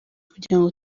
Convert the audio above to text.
kugirango